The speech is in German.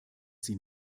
sie